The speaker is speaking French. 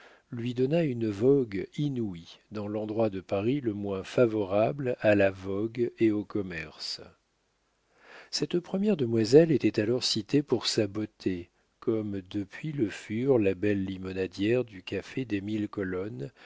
lui donna une vogue inouïe dans l'endroit de paris le moins favorable à la vogue et au commerce cette première demoiselle était alors citée pour sa beauté comme depuis le furent la belle limonadière du café des mille colonnes